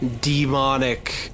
demonic